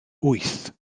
wyth